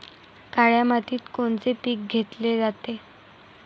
काळ्या मातीत कोनचे पिकं घेतले जाते?